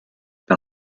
par